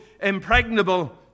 impregnable